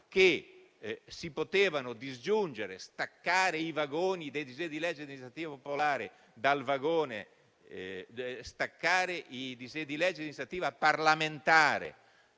che si potevano disgiungere, staccando i vagoni dei disegni di legge di iniziativa parlamentare dal vagone del disegno di legge di iniziativa popolare,